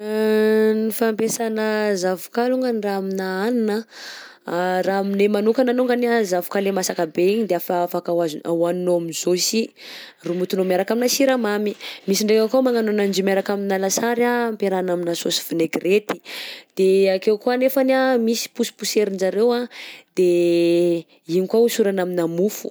Ny fampiasana zavokà alongany raha aminà hanina, raha aminay manokana alongany anh zavokà lay masaka be igny tonga de afa afaka ho azo hohaninao am'zao si, romotinao miaraka aminà siramamy. _x000D_ Misy ndraika koa magnano ananjy io miaraka aminà lasary anh ampiarahana aminà saosy vinaigrety, de akeo koa anefany anh misy posiposerin-jareo anh de igny koa hosorana aminà mofo.